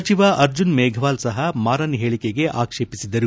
ಸಚಿವ ಅರ್ಜುನ್ ಮೇಘ್ವಾಲ್ ಸಹ ಮಾರನ್ ಹೇಳಿಕೆಗೆ ಆಕ್ಷೇಪಿಸಿದರು